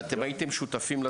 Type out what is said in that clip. האם הייתם שותפים?